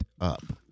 up